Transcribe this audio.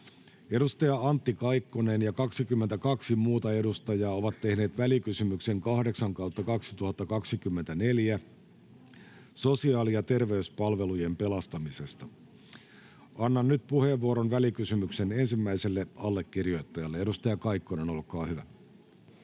Edustaja Antti Kaikkonen ja 22 muuta edustajaa ovat tehneet välikysymyksen VK 8/2024 vp sosiaali- ja terveyspalvelujen pelastamisesta. Annan nyt puheenvuoron välikysymyksen ensimmäiselle allekirjoittajalle. — Edustaja Kaikkonen, olkaa hyvä.